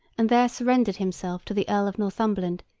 and there surrendered himself to the earl of northumberland,